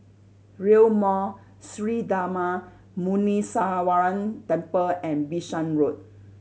Rail Mall Sri Darma Muneeswaran Temple and Bishan Road